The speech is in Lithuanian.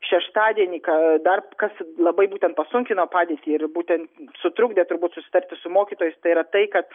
šeštadienį ką dar kas labai būtent pasunkino padėtį ir būtent sutrukdė turbūt susitarti su mokytojais tai yra tai kad